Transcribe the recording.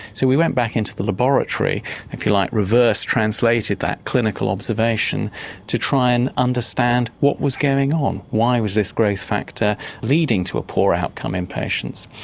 so we went back into the laboratory if you like reverse translated that clinical observation to try and understand what was going on. why was this growth factor leading to a poor outcome in patients?